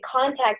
contact